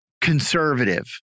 conservative